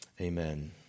Amen